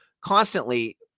constantly